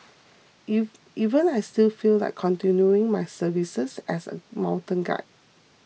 even even I still feel like continuing my services as a mountain guide